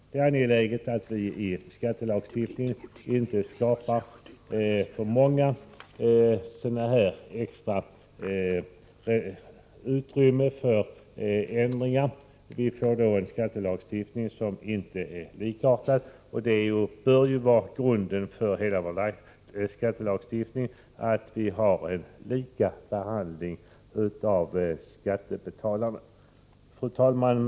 Det är angeläget att vi i skattelagstiftningen inte skapar särbestämmelser för vissa grupper. Vi får annars en skattelagstiftning som inte är likartad; grunden för hela vår skattelagstiftning bör vara en lika behandling av skattebetalarna. Fru talman!